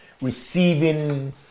receiving